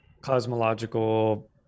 cosmological